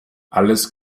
alles